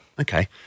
Okay